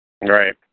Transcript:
Right